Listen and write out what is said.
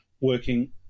working